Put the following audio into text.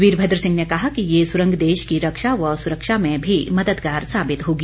वीरभद्र सिंह ने कहा कि ये सुरंग देश की रक्षा व सुरक्षा में भी मददगार साबित होगी